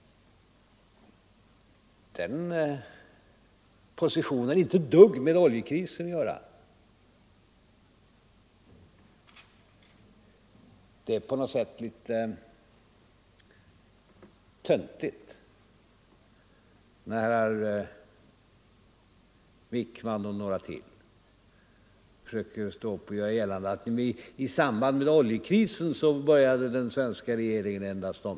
Den positionen har inte ett dugg med oljekrisen att göra. På något sätt är det litet ”töntigt” när herr Wijkman och några andra står här och försöker göra gällande att den svenska regeringen börjat ändra ståndpunkt i samband med oljekrisen.